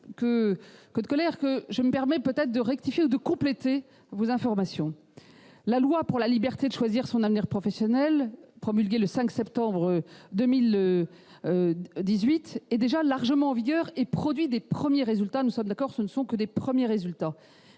de colère que je me permets de rectifier ou de compléter vos informations. La loi pour la liberté de choisir son avenir professionnel, promulguée le 5 septembre 2018, est déjà largement en vigueur, et produit de premiers résultats. Nous sommes d'accord, il ne s'agit que des premiers résultats,